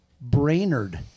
Brainerd